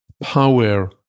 power